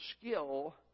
skill